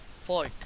fault